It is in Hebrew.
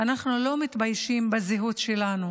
אנחנו לא מתביישים בזהות שלנו,